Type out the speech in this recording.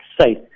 safe